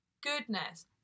goodness